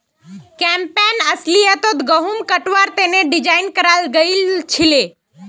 campaign अस्लियतत गहुम कटवार तने डिज़ाइन कराल गएल छीले